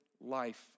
life